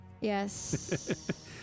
Yes